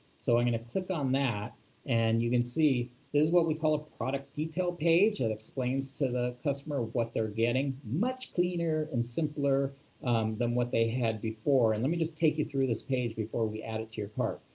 so i'm going to click on that and you can see this is what we call a product detail page that explains to the customer what they're getting, much cleaner and simpler than what they had before. and let me just take you through this page before we add it your cart.